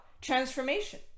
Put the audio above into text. transformation